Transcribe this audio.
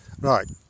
Right